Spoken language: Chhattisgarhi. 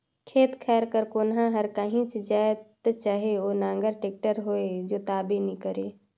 खेत खाएर कर कोनहा हर काहीच जाएत चहे ओ नांगर, टेक्टर होए जोताबे नी करे